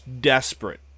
desperate